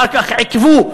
אחר כך עיכבו,